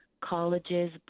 colleges